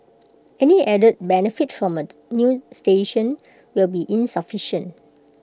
any added benefit from A new station will be insufficient